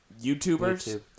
YouTubers